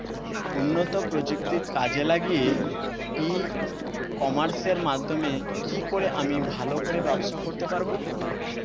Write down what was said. উন্নত প্রযুক্তি কাজে লাগিয়ে ই কমার্সের মাধ্যমে কি করে আমি ভালো করে ব্যবসা করতে পারব?